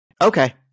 Okay